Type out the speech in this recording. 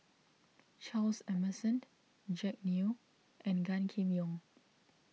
Charles Emmerson Jack Neo and Gan Kim Yong